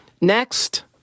next